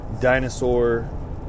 dinosaur